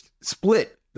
split